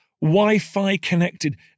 Wi-Fi-connected